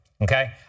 Okay